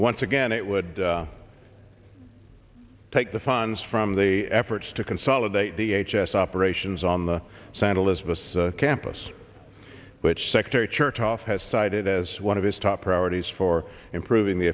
once again it would take the funds from the efforts to consolidate the h s operations on the sand elizabeth's campus which secretary chertoff has cited as one of his top priorities for improving the